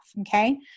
okay